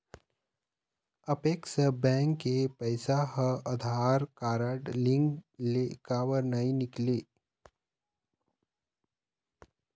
Apex bank के पैसा हा आधार कारड लिंक ले काबर नहीं निकले?